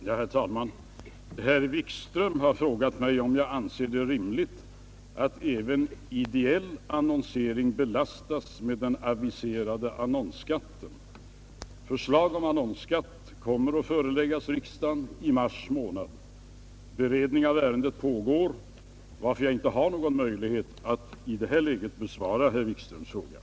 Herr talman! Herr Wikström har frågat mig om jag anser det rimligt att även ideell annonsering belastas med den aviserade annonsskatten. Förslag om annonsskatt kommer att föreläggas riksdagen i mars månad. Beredning av ärendet pågår varför jag inte har någon möjlighet att nu besvara frågan.